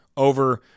Over